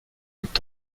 est